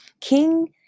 king